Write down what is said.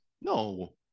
No